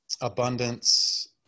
abundance